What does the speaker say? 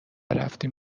رفتیم